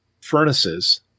furnaces